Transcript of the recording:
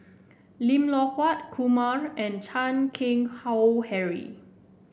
Lim Loh Huat Kumar and Chan Keng Howe Harry